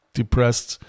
depressed